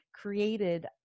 created